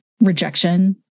rejection